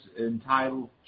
entitled